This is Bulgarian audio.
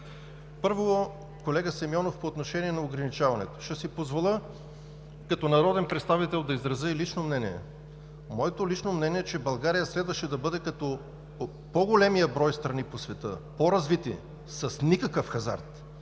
Първо, колега Симеонов, по отношение на ограничаването. Ще си позволя като народен представител да изразя и лично мнение. Моето лично мнение е, че България следваше да бъде като по-големия брой страни по света по развитие, с никакъв хазарт.